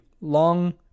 long